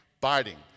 biting